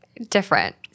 Different